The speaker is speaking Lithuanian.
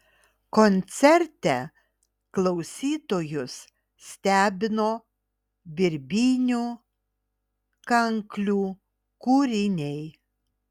koncerte klausytojus stebino birbynių kanklių kūriniai